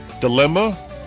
dilemma